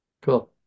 Cool